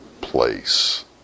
place